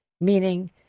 meaning